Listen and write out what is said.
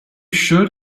should